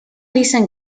dicen